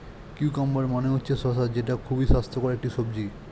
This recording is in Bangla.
কিউকাম্বার মানে হচ্ছে শসা যেটা খুবই স্বাস্থ্যকর একটি সবজি